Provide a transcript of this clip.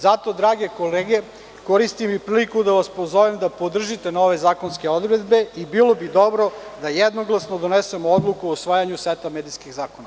Zato drage kolege, koristim priliku da vas pozovem da podržite nove zakonske odredbe i bilo bi dobro da jednoglasno donesemo odluku o usvajanju seta medijskih zakona.